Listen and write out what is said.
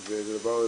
וזה דבר חשוב.